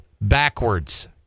backwards